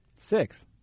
Six